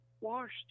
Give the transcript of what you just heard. washed